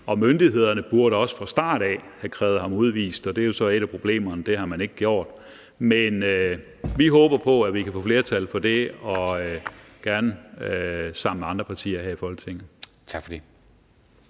og myndighederne burde også fra starten have krævet ham udvist. Det er jo så et af problemerne, at man ikke har gjort det. Men vi håber på, at vi kan få flertal for det – og gerne sammen med andre partier her i Folketinget. Kl.